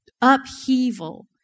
upheaval